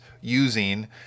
using